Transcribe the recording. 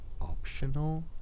optional